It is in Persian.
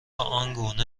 آنگونه